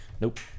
Nope